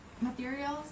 materials